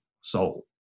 soul